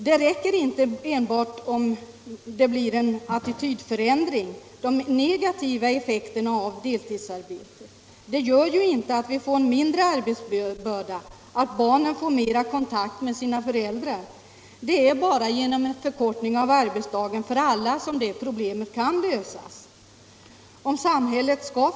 Det räcker inte enbart med en attitydförändring till de negativa effekterna av deltidsarbete. Det gör inte att man får mindre arbetsbörda, att barnen får mer kontakt med sina föräldrar. Det är bara genom förkortning av arbetsdagen för alla som det problemet kan lösas.